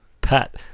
Pat